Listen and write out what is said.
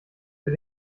für